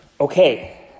Okay